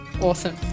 awesome